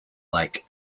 lake